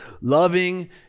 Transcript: Loving